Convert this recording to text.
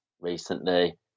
recently